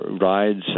rides